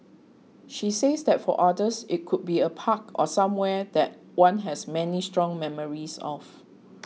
she says that for others it could be a park or somewhere that one has many strong memories of